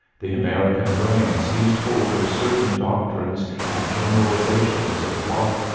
the american brain seized hold of certain doctrines and generalizations of locke,